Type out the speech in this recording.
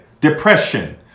Depression